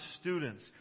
students